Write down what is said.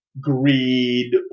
greed